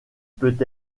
peut